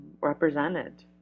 represented